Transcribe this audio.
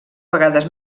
vegades